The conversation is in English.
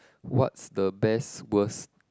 what's the best worse